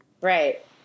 Right